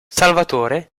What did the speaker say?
salvatore